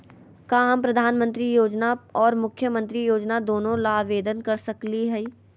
का हम प्रधानमंत्री योजना और मुख्यमंत्री योजना दोनों ला आवेदन कर सकली हई?